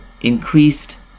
increased